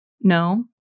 No